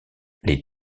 les